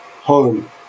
Home